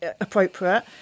appropriate